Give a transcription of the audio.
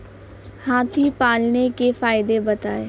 हाथी पालने के फायदे बताए?